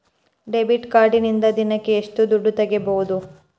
Debit ಕಾರ್ಡಿನಿಂದ ದಿನಕ್ಕ ಎಷ್ಟು ದುಡ್ಡು ತಗಿಬಹುದು?